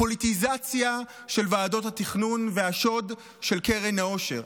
פוליטיזציה של ועדות התכנון והשוד של קרן העושר.